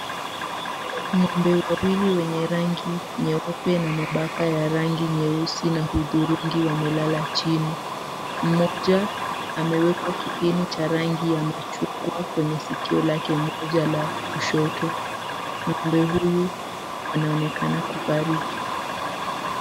Ng'ombe wawili wenye rangi nyeupe na mabaka ya rangi nyeusi na hudhurungi wamelala chini. Mmoja amewekwa kipini cha rangi ya machungwa kwenye sikio lake moja la kushoto. Ng'ombe huyu wanaonekana kufariki.